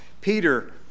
Peter